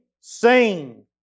sing